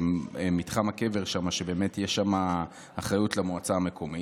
מתחם הקבר שם, שבאמת יש שם אחריות למועצה המקומית.